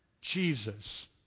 Jesus